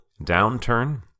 downturn